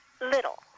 Little